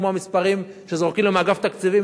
כמו המספרים שזורקים לנו מאגף התקציבים,